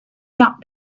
gap